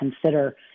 consider